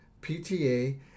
PTA